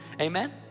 Amen